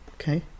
Okay